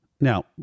now